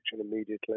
immediately